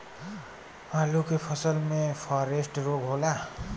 आलू के फसल मे फारेस्ट रोग होला?